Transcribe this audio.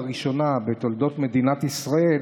לראשונה בתולדות מדינת ישראל,